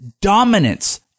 dominance